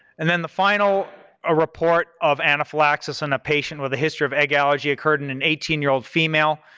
and then the final ah report of anaphylaxis in a patient with a history of egg allergy occurred in an eighteen year old female.